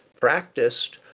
practiced